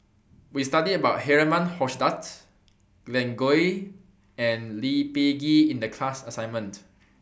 We studied about Herman Hochstadt Glen Goei and Lee Peh Gee in The class assignment